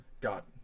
got